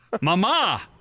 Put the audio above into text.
Mama